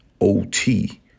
OT